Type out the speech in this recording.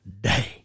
day